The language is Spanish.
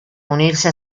unirse